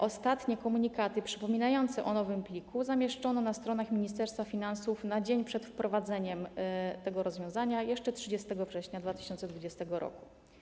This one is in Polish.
Ostatnie komunikaty przypominające o nowym pliku zamieszczono na stronach Ministerstwa Finansów na dzień przed wprowadzeniem tego rozwiązania, jeszcze 30 września 2020 r.